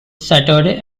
saturday